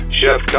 Chef